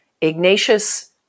Ignatius